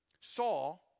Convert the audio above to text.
Saul